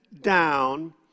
down